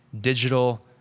digital